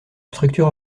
structure